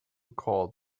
call